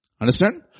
Understand